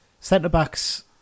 Centre-backs